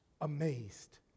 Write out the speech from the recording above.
Amazed